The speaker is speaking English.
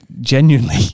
genuinely